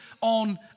on